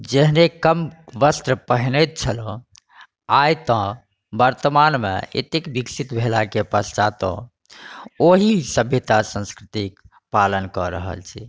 जहने कम वस्त्र पहिनैत छलहुँ आइ तऽ वर्तमानमे एतेक विकसित भेलाके पश्चातो ओहि सभ्यता सांस्कृतिक पालन कऽ रहल छी